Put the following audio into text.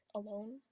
alone